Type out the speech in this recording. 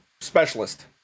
Specialist